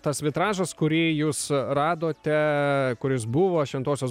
tas vitražas kurį jūs radote kuris buvo šventosios